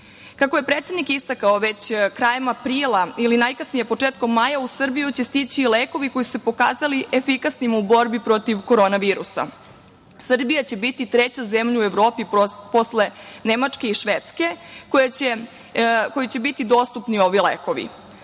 je predsednik istakao, već krajem aprila ili najkasnije početkom maja, u Srbiji će stići lekovi koji su se pokazali efikasni u borbi protiv korona virusa. Srbija će biti treća zemlja u Evropi posle Nemačke i Švedske kojoj će biti dostupni ovi lekovi. To